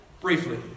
briefly